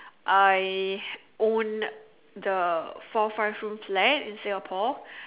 I own the four five room flat in Singapore